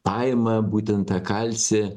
paima būtent tą kalcį